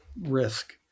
risk